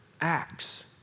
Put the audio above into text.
acts